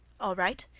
all right.